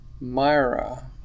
Myra